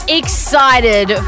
excited